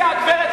הצביעה הגברת,